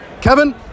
Kevin